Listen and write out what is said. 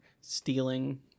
stealing